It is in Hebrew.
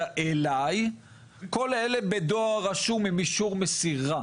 אלי וכל אלה בדואר רשום עם אישור מסירה.